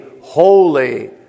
holy